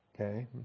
Okay